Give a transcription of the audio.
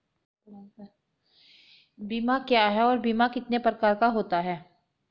बीमा क्या है और बीमा कितने प्रकार का होता है?